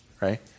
right